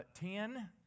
Ten